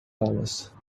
dollars